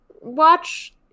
watch